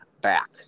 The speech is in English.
back